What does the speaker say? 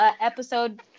episode